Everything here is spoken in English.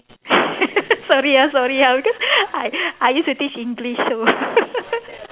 sorry ah sorry ah because I I used to teach English so